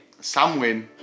Samwin